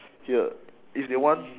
ya if they want